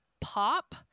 pop